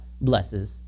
blesses